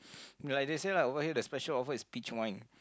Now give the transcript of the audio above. like they say lah why the special offer is peach wine